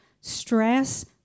Stress